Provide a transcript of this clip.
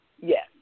Yes